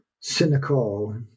cynical